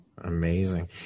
amazing